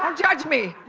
um judge me.